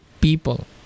people